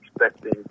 expecting